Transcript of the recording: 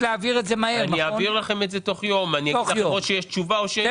להעביר את נכסיה או לעמיגור או לחברה אחרת.